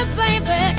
baby